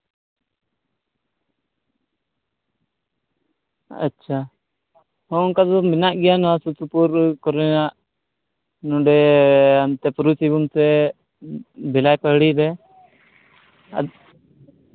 ᱟᱪᱪᱷᱟ ᱦᱚᱸ ᱚᱱᱠᱟ ᱜᱮ ᱢᱮᱱᱟᱜ ᱜᱮᱭᱟ ᱱᱚᱣᱟ ᱥᱩᱨᱼᱥᱩᱯᱩᱨ ᱠᱚᱨᱮᱱᱟᱜ ᱚᱱᱛᱮ ᱯᱩᱨᱵᱤ ᱥᱤᱝᱵᱷᱩᱢ ᱥᱮᱫ ᱵᱷᱮᱞᱟᱭᱯᱟᱦᱟᱲᱤ ᱨᱮ ᱟᱨ